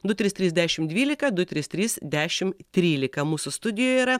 du trys trys dešim dvylika du trys trys dešim trylika mūsų studijoje yra